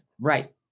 Right